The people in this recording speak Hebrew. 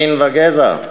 מין וגזע,